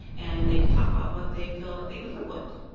and they can talk about what they feel like they could live with.